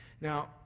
Now